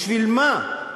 בשביל מה?